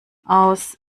aus